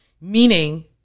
meaning